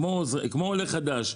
כמו עולה חדש,